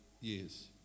years